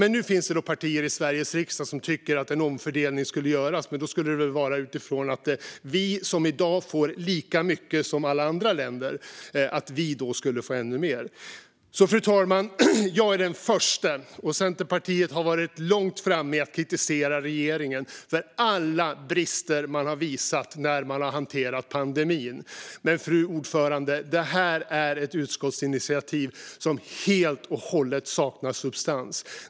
Nu finns det alltså partier i Sveriges riksdag som tycker att en omfördelning skulle göras men då utifrån att vi som i dag får lika mycket som alla andra länder skulle få ännu mer. Fru talman! Jag och Centerpartiet har varit långt framme när det gäller att kritisera regeringen för alla brister i hanteringen av pandemin. Men, fru talman, det här är ett utskottsinitiativ som helt och hållet saknar substans.